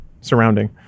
surrounding